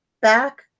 back